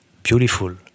Beautiful